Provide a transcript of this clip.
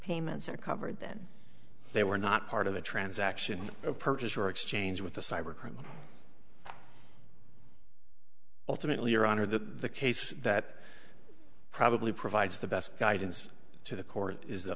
payments are covered then they were not part of the transaction of purchase or exchange with the cyber criminals ultimately your honor the the case that probably provides the best guidance to the court is the